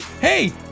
Hey